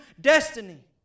destiny